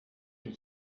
une